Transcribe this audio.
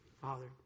Father